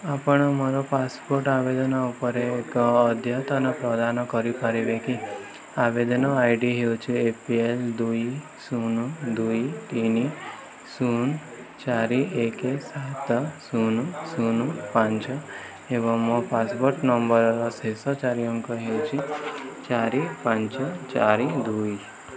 ଆପଣ ମୋର ପାସପୋର୍ଟ ଆବେଦନ ଉପରେ ଏକ ଅଦ୍ୟତନ ପ୍ରଦାନ କରିପାରିବେ କି ଆବେଦନ ଆଇ ଡ଼ି ହେଉଛି ଏ ପି ଏଲ୍ ଦୁଇ ଶୂନ ଦୁଇ ତିନି ଶୂନ ଚାରି ଏକ ସାତ ଶୂନ ଶୂନ ପାଞ୍ଚ ଏବଂ ମୋ ପାସପୋର୍ଟ ନମ୍ବର୍ର ଶେଷ ଚାରି ଅଙ୍କ ହେଉଛି ଚାରି ପାଞ୍ଚ ଚାରି ଦୁଇ